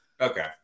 Okay